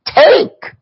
take